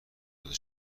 داده